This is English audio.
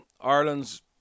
Ireland's